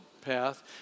path